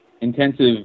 intensive